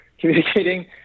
communicating